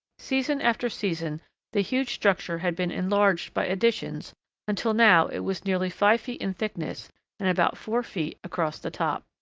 season after season the huge structure had been enlarged by additions until now it was nearly five feet in thickness and about four feet across the top.